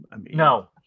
No